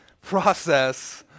process